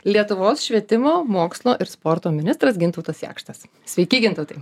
lietuvos švietimo mokslo ir sporto ministras gintautas jakštas sveiki gintautai